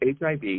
HIV